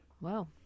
Wow